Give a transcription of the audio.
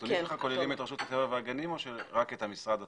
הנתונים שלך כוללים את רשות הטבע והגנים או רק את המשרד עצמו?